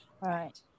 right